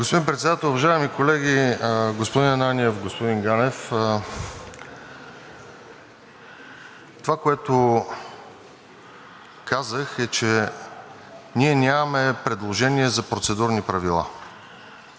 Господин Председател, уважаеми колеги! Господин Ананиев, господин Ганев, това, което казах, е, че ние нямаме предложение за процедурни правила.